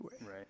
Right